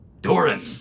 Doran